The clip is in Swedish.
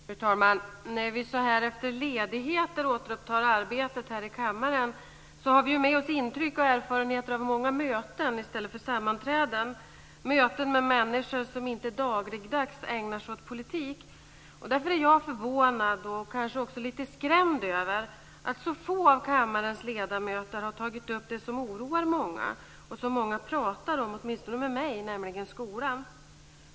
Fru talman! När vi så här efter ledigheter återupptar arbetet här i kammaren har vi med oss intryck och erfarenheter av många möten i stället för sammanträden. Det är möten med människor som inte dagligdags ägnar sig åt politik. Jag är förvånad och kanske lite skrämd över att så få av kammarens ledamöter har tagit upp det som oroar många och som många pratar om åtminstone med mig, nämligen skolan.